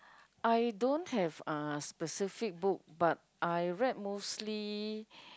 I don't have uh specific book but I read mostly